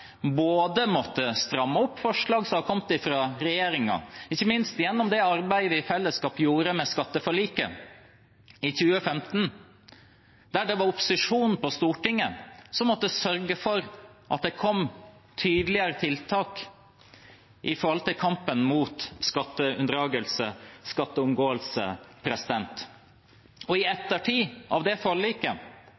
stramme opp forslag fra regjeringen, ikke minst gjennom det arbeidet vi i fellesskap gjorde med skatteforliket i 2015, der det var opposisjonen på Stortinget som måtte sørge for at det kom tydeligere tiltak i kampen mot skatteunndragelse og skatteomgåelse.